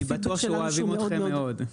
אני בטוח שאוהבים אתכם מאוד.